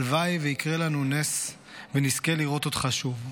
הלוואי ויקרה לנו נס ונזכה לראות אותך שוב.